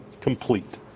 complete